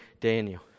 Daniel